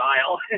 style